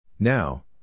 Now